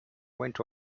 went